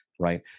Right